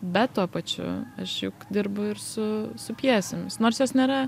bet tuo pačiu aš juk dirbu ir su su pjesėmis nors jos nėra